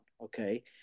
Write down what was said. okay